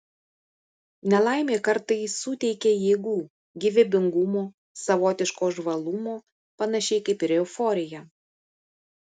nelaimė kartais suteikia jėgų gyvybingumo savotiško žvalumo panašiai kaip ir euforija